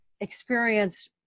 experience